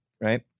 right